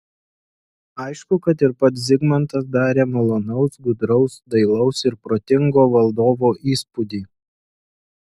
aišku kad ir pats zigmantas darė malonaus gudraus dailaus ir protingo valdovo įspūdį